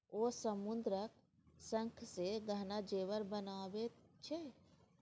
ओ समुद्रक शंखसँ गहना जेवर बनाबैत छै